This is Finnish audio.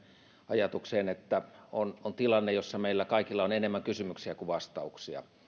ajatukseen että on tilanne jossa meillä kaikilla on enemmän kysymyksiä kuin vastauksia